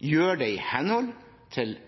gjør det i henhold til